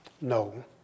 No